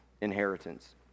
inheritance